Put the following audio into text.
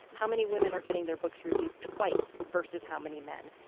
how many women are getting their books reviewed twice versus how many men,